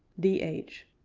d h.